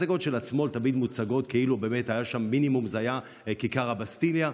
הפגנות של השמאל תמיד מוצגות כאילו באמת היה שם מינימום כיכר הבסטיליה,